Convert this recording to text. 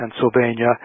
Pennsylvania